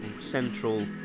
central